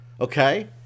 okay